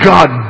God